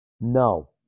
No